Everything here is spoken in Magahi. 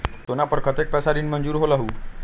सोना पर कतेक पैसा ऋण मंजूर होलहु?